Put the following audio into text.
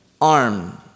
arm